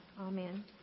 Amen